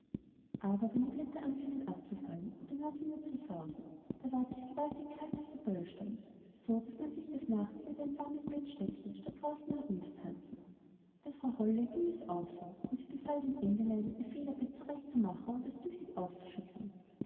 aber wenn die blätter anfingen abzufallen und die nordwinde zu sausen da ward es gewaltig kalt auf dem böllstein so daß man sich des nachts lieber in ein warmes bett steckte statt draußen herumzutanzen der frau holle ging es auch so und sie befahl den engelein ihr federbett zurechtzumachen und es